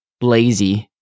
lazy